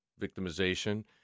victimization